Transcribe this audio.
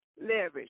leverage